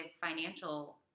financial